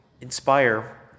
inspire